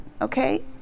Okay